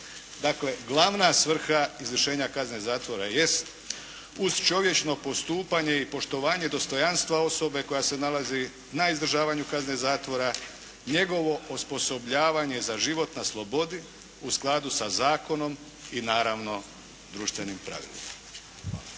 Dakle, glavna svrha izvršenja kazne zatvora jest uz čovječno postupanje i poštovanje dostojanstva osobe koja se nalazi na izdržavanju kazne zatvora, njegovo osposobljavanje za život na slobodi u skladu sa zakonom i naravno društvenim pravilima.